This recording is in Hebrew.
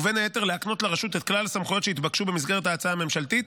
ובין היתר להקנות לרשות את כלל הסמכויות שהתבקשו במסגרת ההצעה הממשלתית,